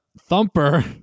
Thumper